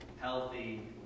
healthy